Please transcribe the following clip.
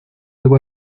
algo